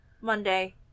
Monday